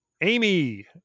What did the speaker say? Amy